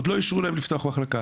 עוד לא אישרו להם לפתוח מחלקה.